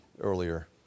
earlier